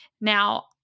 Now